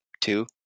two